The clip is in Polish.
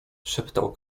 szeptał